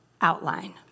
outline